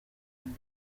ngo